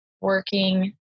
working